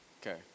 Okay